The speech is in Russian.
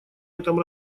этом